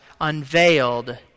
unveiled